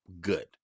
good